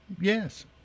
Yes